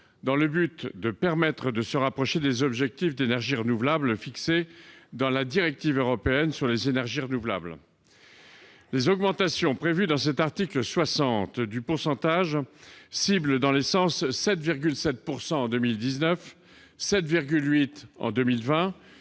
afin de nous permettre de nous rapprocher des objectifs d'énergie renouvelable fixés dans la directive européenne sur les énergies renouvelables. Les augmentations prévues à l'article 60, du pourcentage cible dans l'essence à 7,7 % en 2019 et à 7,8 % en 2020,